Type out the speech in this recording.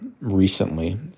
recently